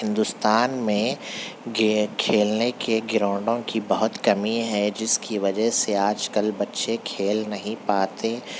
ہندوستان میں گے کھیلنے کے گراؤنڈوں کی بہت کمی ہے جس کی وجہ سے آج کل بچے کھیل نہیں پاتے